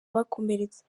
abakomeretse